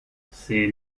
c’est